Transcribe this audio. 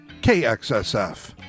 KXSF